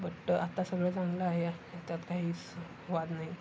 but आता सगळं चांगलं आहे आणि याच्यात काहीच वाद नाही